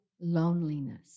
loneliness